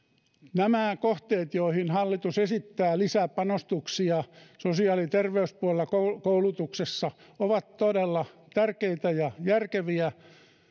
nämä kohteet joihin hallitus esittää lisäpanostuksia sosiaali ja terveyspuolella ja koulutuksessa ovat todella tärkeitä ja järkeviä